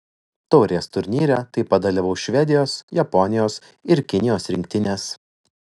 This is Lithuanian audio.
taurės turnyre taip pat dalyvaus švedijos japonijos ir kinijos rinktinės